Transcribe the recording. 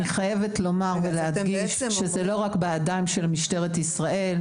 אני חייבת לומר ולהדגיש שזה לא רק בידיים של משטרת ישראל.